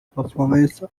performance